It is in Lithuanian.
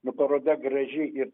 nu paroda graži ir